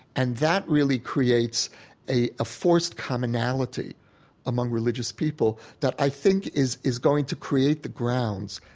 and that really creates a forced commonality among religious people that i think is is going to create the grounds,